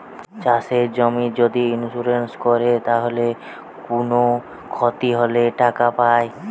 চাষের জমির যদি ইন্সুরেন্স কোরে তাইলে কুনো ক্ষতি হলে টাকা পায়